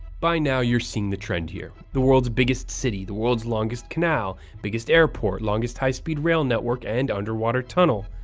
by now you're seeing the trend here the world's biggest city, the world's longest canal, biggest airport, longest high speed rail network and underwater tunnel.